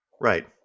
Right